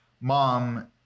Mom